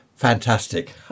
fantastic